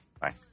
bye